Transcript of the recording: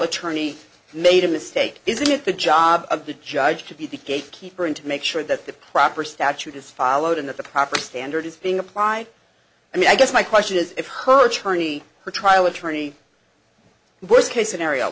attorney made a mistake isn't it the job of the judge to be the gatekeeper in to make sure that the proper statute is followed in the proper standard is being applied i mean i guess my question is if her attorney or trial attorney worst case scenario